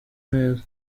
neza